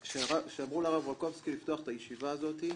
כשאמרו לרב רקובסקי לפתוח את הישיבה הזאת,